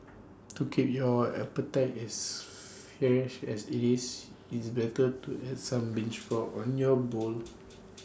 to keep your appetite as fresh as IT is it's better to add some bean sprouts on your bowl